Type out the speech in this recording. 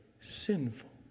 sinful